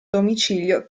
domicilio